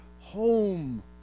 home